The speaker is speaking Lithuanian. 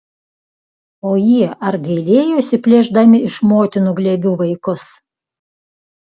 o jie ar gailėjosi plėšdami iš motinų glėbių vaikus